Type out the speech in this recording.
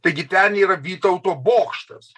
taigi ten yra vytauto bokštas